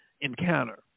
encounter